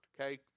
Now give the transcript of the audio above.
okay